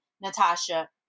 Natasha